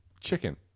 chicken